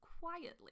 quietly